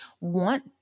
want